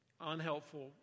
unhelpful